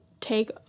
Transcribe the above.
take